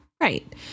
Right